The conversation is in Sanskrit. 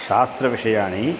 शास्त्रविषयाः